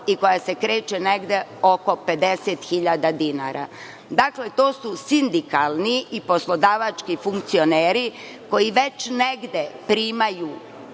i koja se kreće negde oko 50.000 dinara. Dakle, to su sindikalni i poslodavački funkcioneri koji već negde primaju